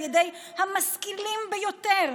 על ידי המשכילים ביותר,